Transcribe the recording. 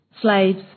Slaves